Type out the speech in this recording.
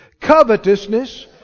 Covetousness